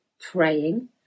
praying